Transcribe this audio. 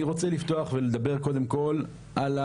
אני רוצה לפתוח ולדבר קודם כל על